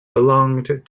belonged